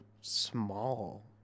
small